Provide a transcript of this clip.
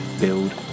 build